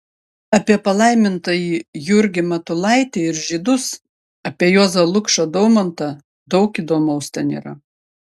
apie palaimintąjį jurgį matulaitį ir žydus apie juozą lukšą daumantą daug įdomaus ten yra